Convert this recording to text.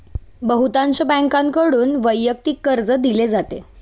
बहुतांश बँकांकडून वैयक्तिक कर्ज दिले जाते